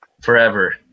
forever